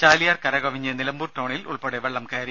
ചാലിയാർ കരകവിഞ്ഞ് നിലമ്പൂർ ടൌണിൽ ഉൾപ്പെടെ വെള്ളം കയറി